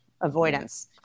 avoidance